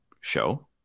show